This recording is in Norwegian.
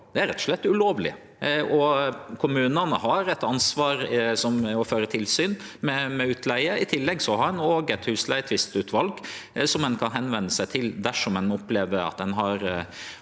er det rett og slett ulovleg. Kommunane har eit ansvar for å føre tilsyn med utleige. I tillegg har ein eit husleigetvisteutval som ein kan vende seg til dersom ein opplever å ha